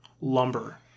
lumber